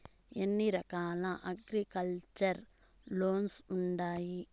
ఎన్ని రకాల agriculture loans ఉండాయి